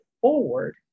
forward